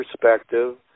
perspective